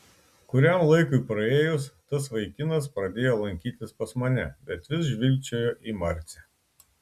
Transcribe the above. kuriam laikui praėjus tas vaikinas pradėjo lankytis pas mane bet vis žvilgčiojo į marcę